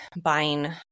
buying